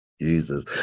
Jesus